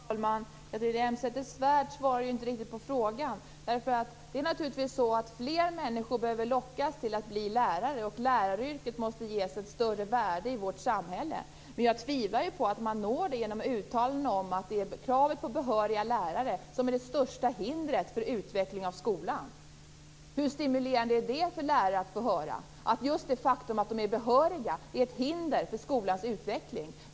Herr talman! Catharina Elmsäter-Svärd svarar inte på frågan. Det är naturligtvis så att fler människor behöver lockas att bli lärare och att läraryrket måste ges ett större värde i vårt samhälle. Men jag tvivlar på att man når det genom uttalanden om att det är kravet på behöriga lärare som är det största hindret för utveckling av skolan. Hur stimulerar ni det intresset om lärare får höra just att detta att de är behöriga är ett hinder för skolans utveckling?